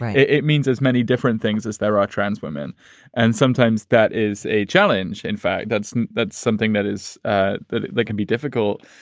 it means as many different things as there are transwomen transwomen and sometimes that is a challenge. in fact, that's that's something that is ah that that can be difficult.